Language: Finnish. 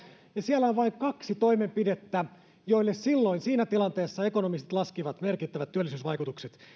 ja siellä on vain kaksi toimenpidettä joille silloin siinä tilanteessa ekonomistit laskivat merkittävät työllisyysvaikutukset